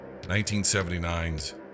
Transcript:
1979's